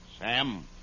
Sam